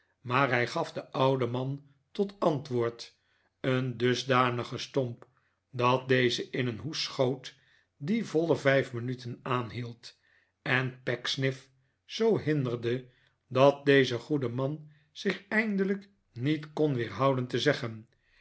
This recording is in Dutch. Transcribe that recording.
maar hij gaf den ouden man tot antwoord een dusdanigen stomp dat deze in een hoest school die voile vijf minuten aanhield en pecksniff zoo hinderde dat deze goede man zich eindelijk niet kon weerhouden te zeggen